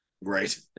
Right